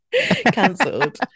Cancelled